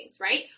right